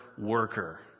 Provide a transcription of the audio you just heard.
worker